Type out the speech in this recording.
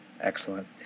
Excellent